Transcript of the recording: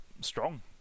strong